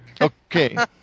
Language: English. Okay